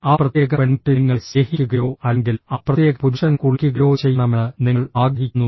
ആ പ്രത്യേക പെൺകുട്ടി നിങ്ങളെ സ്നേഹിക്കുകയോ അല്ലെങ്കിൽ ആ പ്രത്യേക പുരുഷൻ കുളിക്കുകയോ ചെയ്യണമെന്ന് നിങ്ങൾ ആഗ്രഹിക്കുന്നു